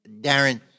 Darren